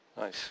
Nice